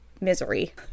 Misery